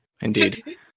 Indeed